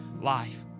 life